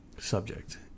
Subject